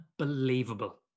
unbelievable